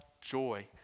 joy